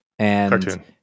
Cartoon